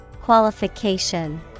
Qualification